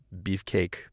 beefcake